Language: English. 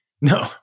No